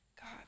God